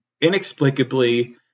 inexplicably